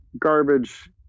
garbage